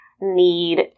need